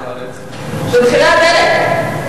במחירי הדלק.